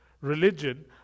religion